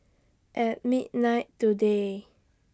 At midnight today